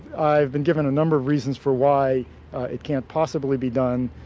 i've been given a number of reasons for why it can't possibly be done.